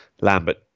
Lambert